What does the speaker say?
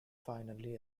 finally